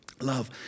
Love